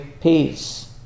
peace